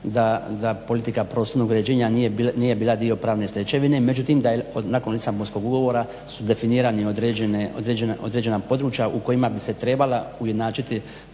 da politika prostornog uređenja nije bila dio pravne stečevine, međutim da je nakon Lisabonskog ugovora su definirana određena područja u kojima bi se trebala ujednačiti